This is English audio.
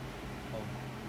um